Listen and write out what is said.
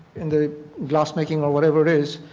in the glass making or whatever it is